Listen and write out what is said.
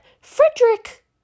Frederick